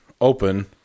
open